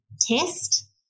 test